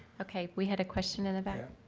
okay, we had a question in about